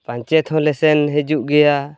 ᱯᱟᱧᱪᱮᱛᱦᱚᱸ ᱞᱮ ᱥᱮᱱ ᱦᱮᱡᱩᱜ ᱜᱮᱭᱟ